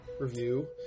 review